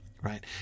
right